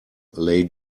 lay